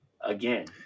again